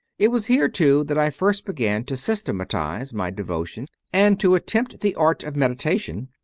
it was here, too, that i first began to systematize my devotion and to attempt the art of meditation,